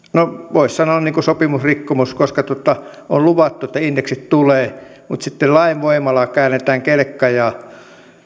voisi sanoa sopimusrikkomus koska on luvattu että indeksit tulee mutta sitten lain voimalla käännetään kelkka ja